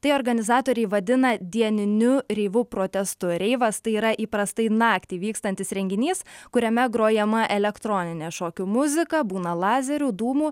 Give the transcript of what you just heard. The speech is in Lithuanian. tai organizatoriai vadina dieniniu reivu protestu reivas tai yra įprastai naktį vykstantis renginys kuriame grojama elektroninė šokių muzika būna lazerių dūmų